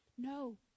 No